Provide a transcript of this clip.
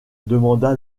demanda